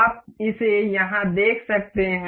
आप इसे यहां देख सकते हैं